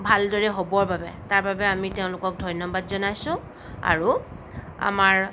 ভাল দৰে হ'বৰ বাবে তাৰ বাবে আমি তেওঁলোকক ধন্যবাদ জনাইছোঁ আৰু আমাৰ